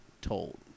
told